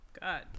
God